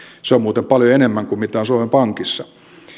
se on muuten paljon enemmän kuin mitä on suomen pankissa